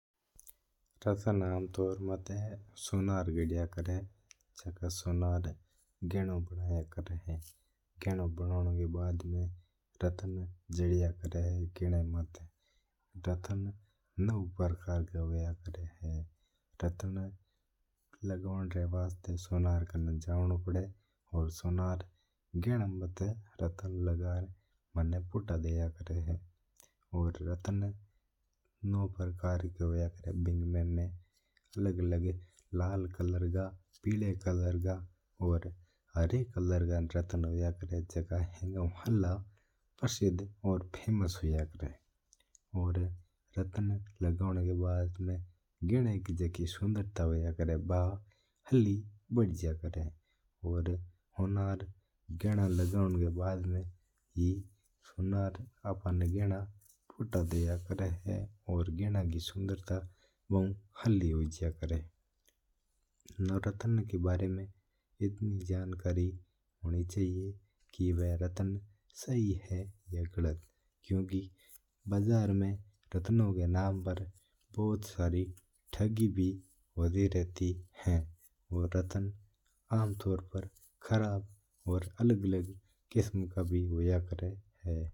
जक्का सोनर घणो बनाया करा है बू ही बनाया करा है। बनावणा बड्ड मंई रत्न जडया करा है। रत्ना नौ प्रकार रा होया करा। रत्ना लगावणा वास्ता सोनार कंण जया करा है। अर सोनार घणा मता रत्ना लगण घणा पुटा दिया करा है। अर रत्ना नौ प्रकार रा होया करा है बिनमा लाल पीलो हरों कालो धोलो नीलों का ही प्रकार रा रत्ना होया करा है। पर रासिया रा हिसाब ऊ भी आ कम्म करया करा है इन्मा काही ही प्रकार का रत्ना होया करा है।